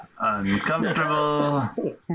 uncomfortable